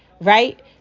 Right